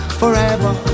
forever